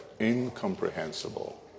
incomprehensible